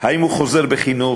האם הוא חוזר בחינוך,